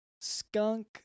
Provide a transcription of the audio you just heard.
skunk